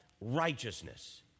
righteousness